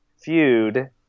feud